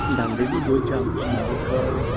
दांडेली गोंयच्यान सुमारेक